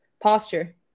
posture